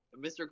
Mr